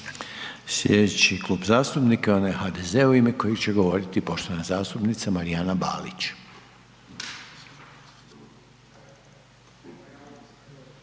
Sljedeći klub zastupnika je onaj HDZ-a u ime kojeg će govoriti poštovana zastupnica Marijana Balić.